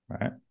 right